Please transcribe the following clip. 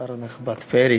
השר הנכבד פרי,